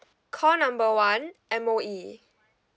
call number one M_O_E